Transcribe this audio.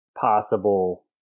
possible